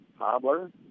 Hobbler